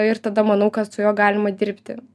ir tada manau kad su juo galima dirbti